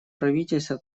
правительства